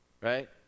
Right